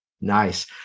Nice